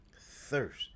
thirst